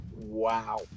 wow